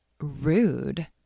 Rude